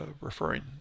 referring